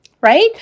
Right